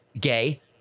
gay